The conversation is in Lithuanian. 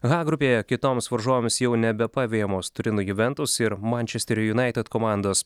ha grupėje kitoms varžovėms jau nebepavejamos turino juventus ir mančesterio junaited komandos